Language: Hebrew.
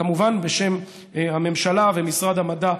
כמובן בשם הממשלה ומשרד המדע,